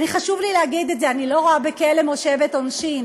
חשוב לי להגיד את זה: אני לא רואה בכלא מושבת עונשין,